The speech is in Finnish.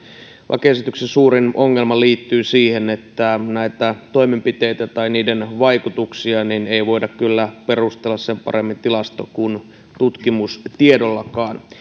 lakiesityksen suurin ongelma liittyy siihen että näitä toimenpiteitä tai niiden vaikutuksia ei voida kyllä perustella sen paremmin tilasto kuin tutkimustiedollakaan